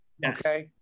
Yes